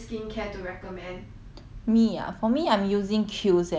me ah for me I'm using Kiehl's eh you know mah I got buy before